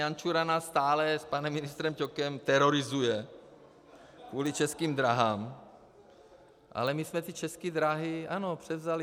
Pan Jančura nás stále s panem ministrem Ťokem terorizuje kvůli Českým dráhám, ale my jsme České dráhy ano, převzali.